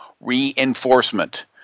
reinforcement